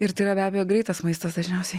ir tai yra be abejo greitas maistas dažniausiai